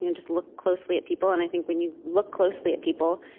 you know just look closely at people. and i think when you look closely at people,